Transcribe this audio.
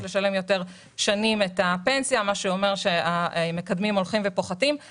לשלם יותר שנים את הפנסיה מה שאומר שהמקדמים הולכים ופוחתים.